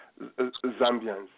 Zambians